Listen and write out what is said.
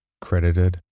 Credited